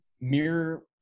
mirror